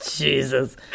Jesus